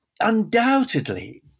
undoubtedly